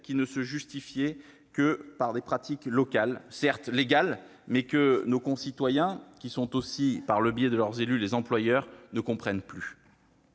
qui ne se justifiaient que par des pratiques locales, certes légales, mais que nos concitoyens, lesquels sont aussi, par le biais de leurs élus, les employeurs, ne comprennent plus.